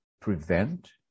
prevent